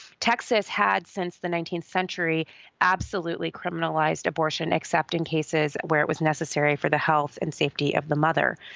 texas had, since the nineteenth century absolutely criminalized abortion except in cases where it was necessary for the health and safety of the mother.